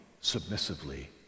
submissively